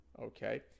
Okay